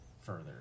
further